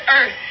earth